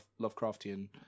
Lovecraftian